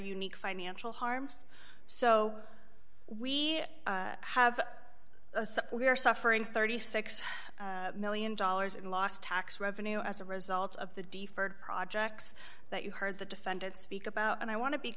unique financial harms so we have we are suffering thirty six million dollars in lost tax revenue as a result of the deferred projects that you heard the defendant speak about and i want to be